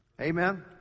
Amen